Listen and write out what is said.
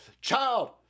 Child